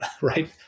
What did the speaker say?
Right